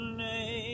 name